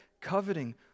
coveting